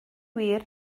wir